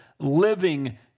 living